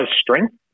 strength